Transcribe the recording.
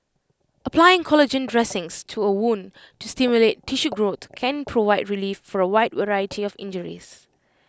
applying collagen dressings to A wound to stimulate tissue growth can provide relief for A wide variety of injuries